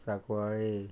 Sancoale